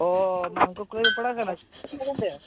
ᱚᱸᱻ ᱢᱟᱱᱠᱚᱨ ᱠᱚᱞᱮᱡᱽ ᱨᱮᱢ ᱯᱟᱲᱦᱟᱜ ᱠᱟᱱᱟ ᱛᱤᱥ ᱠᱚᱨᱮᱛᱮ